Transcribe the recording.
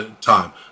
time